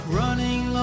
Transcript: running